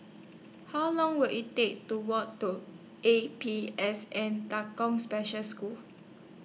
How Long Will IT Take to Walk to A P S N Special School